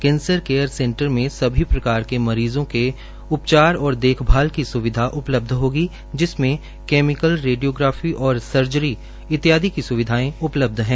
cancer care centre में सभी प्रकार के मरीजों के उपचार और देखभाल की स्विधा उपलब्ध होगी जिसमें कैमिकल रेडियोग्राफी और सर्जरी इत्यादि की सुविधाएं शामिल हैं